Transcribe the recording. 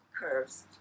curves